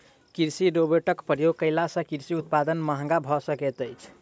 कृषि रोबोटक प्रयोग कयला सॅ कृषि उत्पाद महग भ सकैत अछि